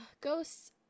ghosts